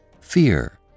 fear